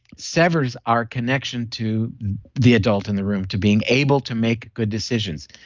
severs our connection to the adult in the room to being able to make good decisions.